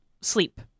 sleep